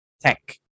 tech